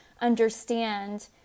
understand